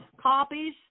copies